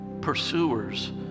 pursuers